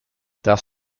das